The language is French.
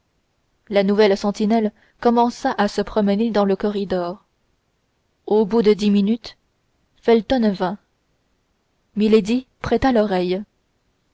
la nouvelle sentinelle commença à se promener dans le corridor au bout de dix minutes felton vint milady prêta l'oreille